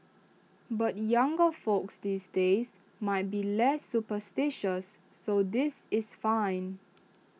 but younger folks these days might be less superstitious so this is fine